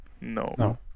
No